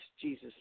Jesus